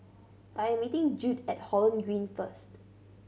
I'm meeting Jude at Holland Green first